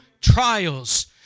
trials